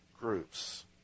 groups